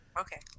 Okay